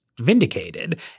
vindicated